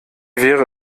wäre